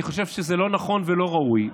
אני חושב שזה לא נכון ולא ראוי.